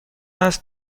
است